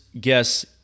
guess